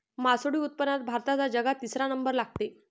मासोळी उत्पादनात भारताचा जगात तिसरा नंबर लागते